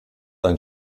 ein